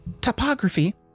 topography